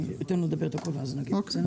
אני אתן לו לדבר על הכול, ואז נסביר, בסדר?